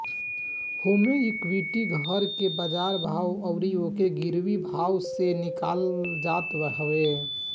होमे equity घर के बाजार भाव अउरी ओके गिरवी भाव से निकालल जात हवे